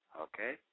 okay